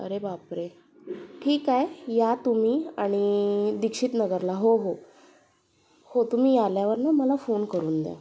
अरे बापरे ठीक आहे या तुम्हीआणि दीक्षित नगरला हो हो हो तुम्ही आल्यावर ना मला फोन करून द्या